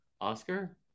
Oscar